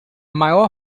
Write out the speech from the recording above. maior